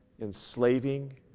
enslaving